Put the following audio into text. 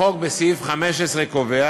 החוק בסעיף 15 קובע